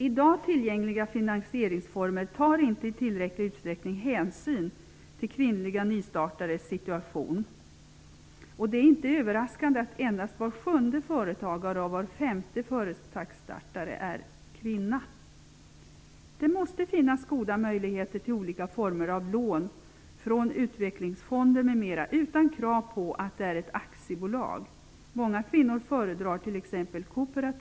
I dag tillgängliga finansieringsformer tar inte i tillräcklig utsträckning hänsyn till kvinnliga nystartares situation, och det är inte överraskande att endast var sjunde företagare och var femte företagsstartare är kvinna. Det måste finnas goda möjligheter till olika former av lån från utvecklingsfonder m.m. utan krav på att det är ett aktiebolag. Många kvinnor föredrar t.ex.